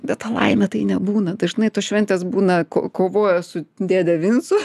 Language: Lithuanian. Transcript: bet ta laimė tai nebūna dažnai tos šventės būna ko kovoja su dėde vincu